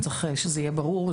צריך שזה יהיה ברור.